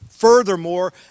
Furthermore